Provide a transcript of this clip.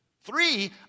Three